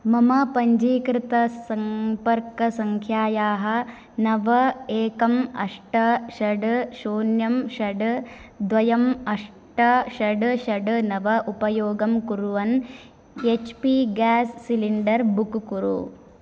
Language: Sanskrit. मम पञ्जीकृतसम्पर्कसङ्ख्यायाः नव एकम् अष्ट षट् शून्यं षड् द्वयम् अष्ट षट् षट् नव उपयोगं कुर्वन् H P gas cylinder book कुरु